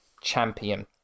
Champion